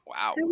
Wow